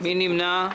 מי נמנע?